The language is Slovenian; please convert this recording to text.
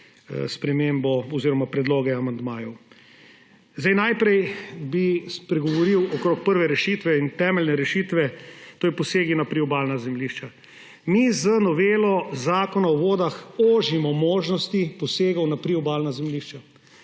spremembe oziroma predloge amandmajev. Najprej bi spregovoril glede prve in temeljne rešitve, to so posegi na priobalna zemljišča. Z novelo Zakona o vodah ožimo možnosti posegov na priobalna zemljišča.